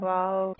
Wow